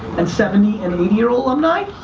and seventy and eighty year old alumni,